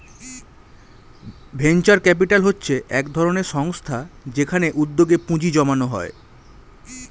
venture capital হচ্ছে একধরনের সংস্থা যেখানে উদ্যোগে পুঁজি জমানো হয়